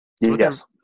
Yes